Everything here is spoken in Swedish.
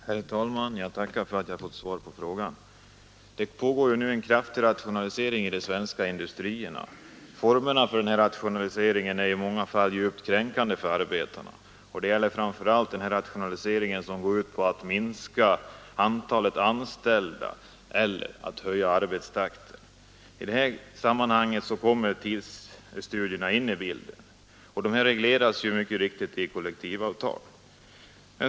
Herr talman! Jag tackar för att jag har fått svar på frågan. Det pågår nu en kraftig rationalisering av de svenska industrierna. Formerna för den rationaliseringen är i många fall djupt kränkande för arbetarna, och det gäller framför allt den rationalisering som går ut på att minska antalet anställda eller att höja arbetstakten. I det här sammanhanget kommer tidsstudierna in i bilden, och de regleras mycket riktigt i kollektivavtal.